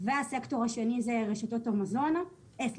והסקטור השני זה חברות המזון.